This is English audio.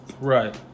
Right